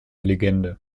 legende